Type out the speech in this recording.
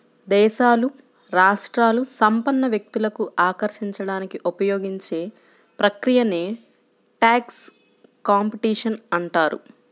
దేశాలు, రాష్ట్రాలు సంపన్న వ్యక్తులను ఆకర్షించడానికి ఉపయోగించే ప్రక్రియనే ట్యాక్స్ కాంపిటీషన్ అంటారు